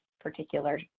particular